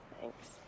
Thanks